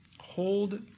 hold